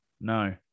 no